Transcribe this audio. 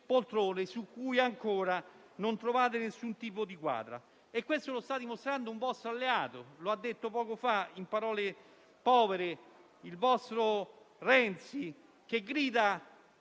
poltrone su cui ancora non trovate nessun tipo di quadra. Questo lo sta dimostrando un vostro alleato: lo ha detto poco fa in parole povere il vostro Renzi, che grida